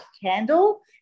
candle